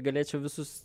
galėčiau visus